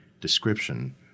description